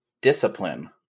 discipline